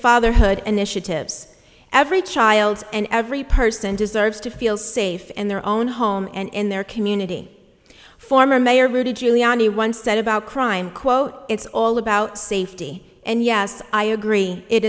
fatherhood initiative every child and every person deserves to feel safe in their own home and in their community former mayor rudy giuliani once said about crime quote it's all about safety and yes i agree it